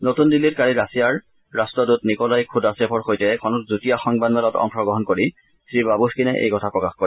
নতুন দিল্লীত কালি ৰাছিয়াৰ ৰাট্টদূত নিকলাই খুদাছেভৰ সৈতে এখন যুটীয়া সংবাদমেলত অংশগ্ৰহণ কৰি শ্ৰীবাবুদ্ধিনে এইকথা প্ৰকাশ কৰে